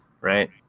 right